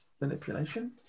manipulation